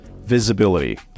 visibility